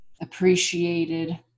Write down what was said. appreciated